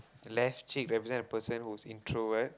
left cheek represent a person who's introvert